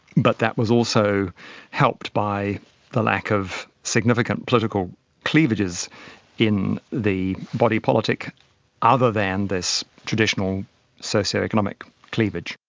but that was also helped by the lack of significant political cleavages in the body politic other than this traditional socio-economic cleavage.